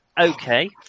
okay